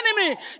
enemy